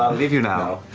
leave you now.